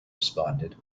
responded